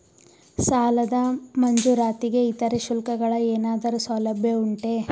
ಸಾಲದ ಮಂಜೂರಾತಿಗೆ ಇತರೆ ಶುಲ್ಕಗಳ ಏನಾದರೂ ಸೌಲಭ್ಯ ಉಂಟೆ?